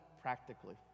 practically